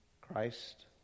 Christ